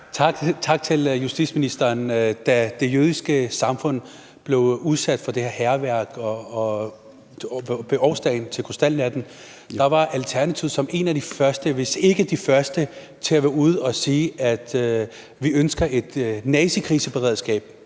at rose justitsministeren. Da det jødiske samfund blev udsat for det her hærværk ved årsdagen for krystalnatten, var Alternativet som nogle af de første, hvis ikke de første, til at være ude at sige, at vi ønsker at nazikriseberedskab